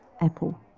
Apple